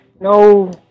No